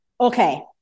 Okay